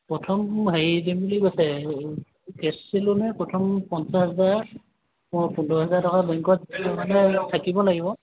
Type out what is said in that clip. প্ৰথম হেৰি দিম বুলি কৈছে কে চি চি লোনহে প্ৰথম পঞ্চাছ হাজাৰ পোন্ধৰ হাজাৰ টকা বেংকত মানে থাকিব লাগিব